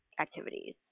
activities